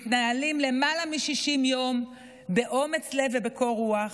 מתנהלים למעלה מ-60 יום באומץ לב ובקור רוח,